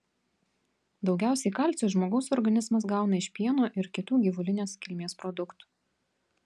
daugiausiai kalcio žmogaus organizmas gauna iš pieno ir kitų gyvulinės kilmės produktų